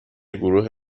گروه